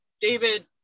David